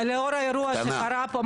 לאור האירוע שקרה פה,